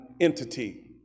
entity